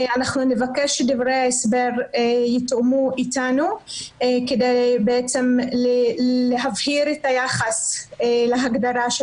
אנחנו נבקש שדברי ההסבר יתואמו אתנו כדי להבהיר את היחס להגדרה של